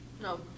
No